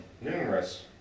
Numerous